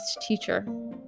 teacher